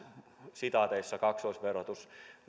niin sanottu kaksoisverotus